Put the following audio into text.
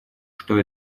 что